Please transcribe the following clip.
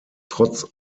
trotz